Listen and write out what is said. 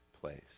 place